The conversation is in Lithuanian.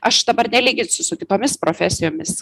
aš dabar nelyginsiu su kitomis profesijomis